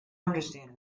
understand